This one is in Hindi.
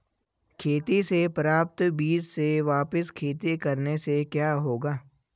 खेती से प्राप्त बीज से वापिस खेती करने से क्या होगा?